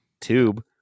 tube